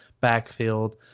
backfield